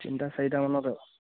তিনিটা চাৰিটামানতে